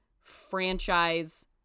franchise